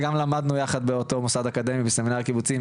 וגם למדנו יחד בסמינר הקיבוצים,